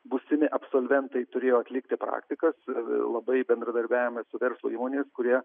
būsimi absolventai turėjo atlikti praktikas labai bendradarbiavimai su verslo įmonės kurie